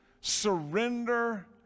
surrender